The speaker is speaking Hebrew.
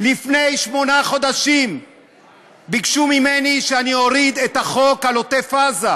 לפני שמונה חודשים ביקשו ממני להוריד את החוק על עוטף-עזה,